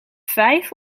vijf